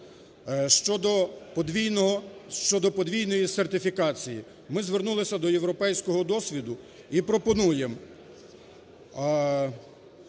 щодо подвійної сертифікації. Ми звернулися до європейського досвіду і пропонуємо